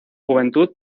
juventud